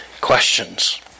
questions